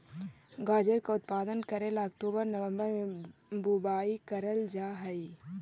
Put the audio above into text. गाजर का उत्पादन करे ला अक्टूबर नवंबर में बुवाई करल जा हई